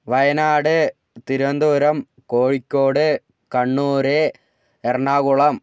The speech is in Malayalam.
വയനാട് തിരുവന്തപുരം കോഴിക്കോട് കണ്ണൂർ എറണാകുളം